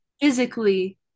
physically